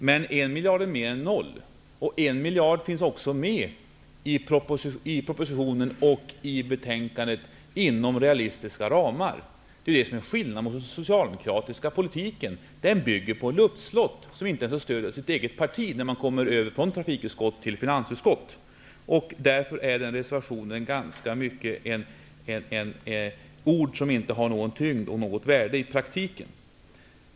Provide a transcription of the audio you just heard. Men en miljard är mer än noll, och en miljard finns också med i propositionen och utskottets betänkande inom realistiska ramar -- detta till skillnad från den socialdemokratiska politiken, som bygger på luftslott. Socialdemokraterna i trafikutskottet har inte fått stöd ens av sina partivänner i finansutskottet. Därför är den här reservationen utan tyngd och värde i praktiken.